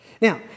Now